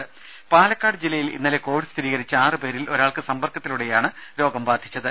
ദേദ പാലക്കാട് ജില്ലയിൽ ഇന്നലെ കോവിഡ് സ്ഥിരീകരിച്ച ആറ് പേരിൽ ഒരാൾക്ക് സമ്പർക്കത്തിലൂടെയാണ് രോഗം ബാധിച്ചത്